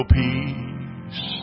peace